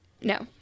No